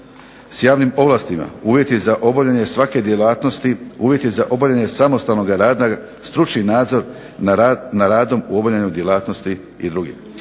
s javnim ovlastima, uvjeti za obavljanje svake djelatnosti, uvjeti za obavljanje samostalnoga rada, stručni nadzor na radom u obavljanju djelatnosti i drugi.